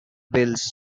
bills